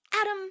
Adam